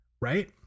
Right